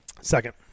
Second